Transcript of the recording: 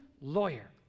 lawyer